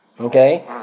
Okay